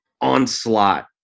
onslaught